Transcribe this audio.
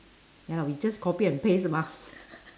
ya lah we just copy and paste mah